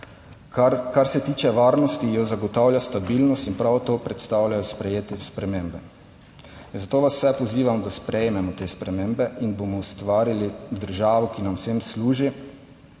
Kar se tiče varnosti jo zagotavlja stabilnost in prav to predstavlja sprejete spremembe. Zato vas vse pozivam, da sprejmemo te spremembe in bomo ustvarili državo, ki nam vsem služi.